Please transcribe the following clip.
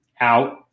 out